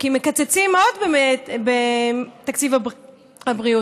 כי מקצצים עוד בתקציב הבריאות.